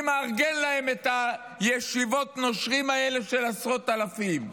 מי מארגן להם את ישיבות הנושרים האלה של עשרות אלפים,